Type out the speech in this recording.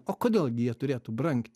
o kodėl gi jie turėtų brangt